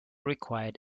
required